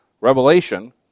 Revelation